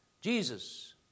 Jesus